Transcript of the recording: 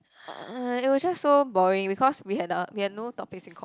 uh it was just so boring because we had uh we had no topics in common